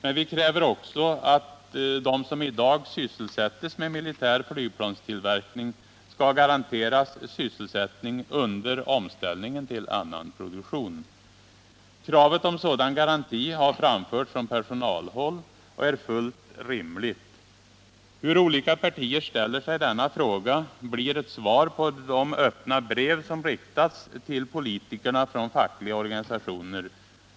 Men vi kräver också att de som i dag sysselsätts med militär flygplanstillverkning skall garanteras sysselsättning under omställningen till annan produktion. Kravet på sådan garanti har framförts från personalhåll och är fullt rimligt. Hur olika partier ställer sig till denna fråga blir ett svar på de öppna brev som riktats till politikerna från fackliga organisationer.